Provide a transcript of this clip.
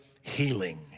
healing